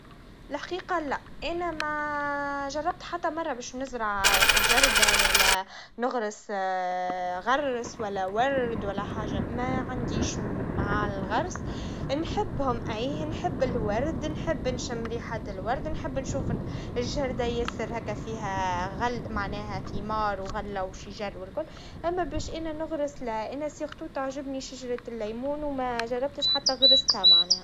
ما نجمش نقول إني جيد في زراعة الحدائق، لكن نحب النباتات. عندي شوية نباتات في الدار، كيما الصبار والأعشاب. نحب نعتني بيهم، ونشوفهم يكبروا. الزراعة تنمي علاقة الإنسان بالطبيعة وتخلي الجو أكثر جمالًا.